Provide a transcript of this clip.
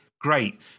great